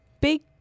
big